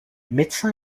médecin